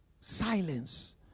silence